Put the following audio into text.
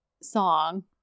song